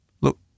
Look